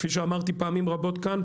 כפי שאמרתי פעמים רבות כאן,